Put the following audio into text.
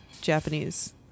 Japanese